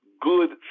good